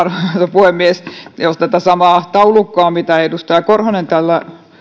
puhemies jos lukee tätä samaa taulukkoa mitä edustaja korhonen täällä